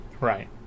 Right